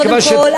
קודם כול,